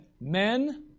Men